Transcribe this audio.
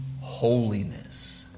holiness